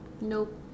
Nope